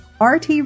RT